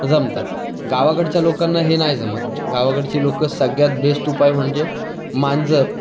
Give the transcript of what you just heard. जमतात गावाकडच्या लोकांना हे नाही जमत गावाकडची लोकं सगळ्यात बेस्ट उपाय म्हणजे मांजर